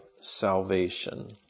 salvation